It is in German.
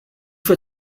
für